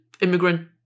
immigrant